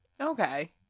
Okay